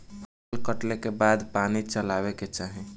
फसल कटले के बाद पानी चलावे के चाही